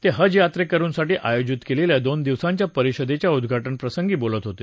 ते हज यात्रेकरुंसाठी आयोजित केलेल्या दोन दिवसांच्या परिषदेच्या उद्वाटन प्रसंगी बोलत होते